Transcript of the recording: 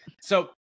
So-